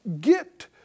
Get